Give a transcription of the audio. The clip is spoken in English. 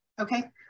Okay